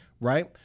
right